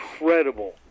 incredible